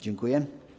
Dziękuję.